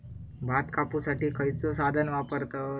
भात कापुसाठी खैयचो साधन वापरतत?